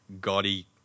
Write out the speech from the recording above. gaudy